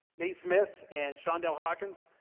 nate smith and shaun'dell hawkins